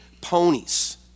ponies